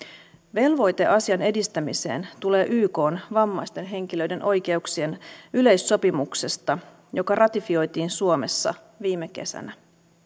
velvoite asian edistämiseen tulee ykn vammaisten henkilöiden oikeuksien yleissopimuksesta joka ratifioitiin suomessa viime kesänä